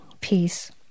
peace